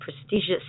prestigious